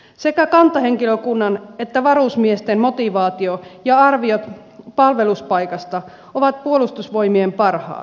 sekä kantahenkilökunnan että varusmiesten motivaatio ja arviot palveluspaikasta ovat puolustusvoimien parhaat